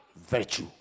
Virtue